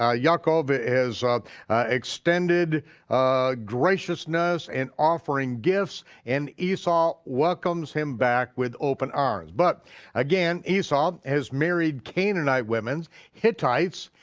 ah yaakov ah has extended graciousness in offering gifts, and esau welcomes him back with open arms but again, esau has married canaanite womens, hittites,